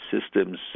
systems